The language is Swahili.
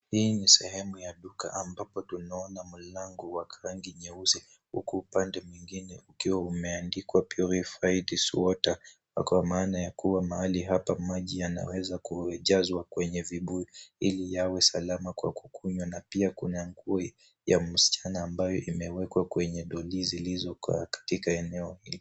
Hii ni sehemu ya duka ambapo kuna mlango wa rangi nyeusi huku upande mwingine ukiwa umeandikwa purified water kwa maana ya kuwa mahali hapa maji yanaweza kujazwa kwa vibuyu ili yawe salama kwa kukunywa na pia kuna nguo ya msichana ambayo imewekwa kwenye doli zilizo katika eneo hili.